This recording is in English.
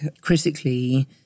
critically